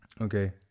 Okay